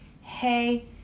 hey